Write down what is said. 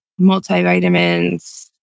multivitamins